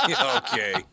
Okay